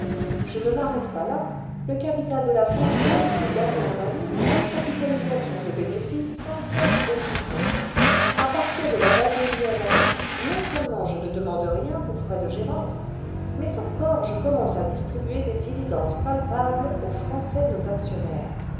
je ne m'arrête pas là le capital de la france'grossit d'année en année par la capitalisation de bénéfices sans cesse grossissants à partir de la vingt et unième année non seulement je ne demande rien pour frais de gérance mais encore je commence à distribuer des dividendes palpables aux français nos actionnaires